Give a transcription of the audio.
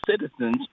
citizens